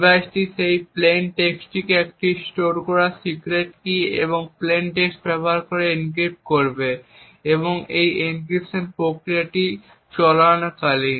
ডিভাইসটি সেই প্লেইন টেক্সটটিকে একই স্টোর করা সিক্রেট কী এবং প্লেইন টেক্সট ব্যবহার করে এনক্রিপ্ট করবে এবং এই এনক্রিপশন প্রক্রিয়া চলাকালীন